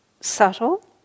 subtle